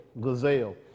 gazelle